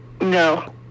No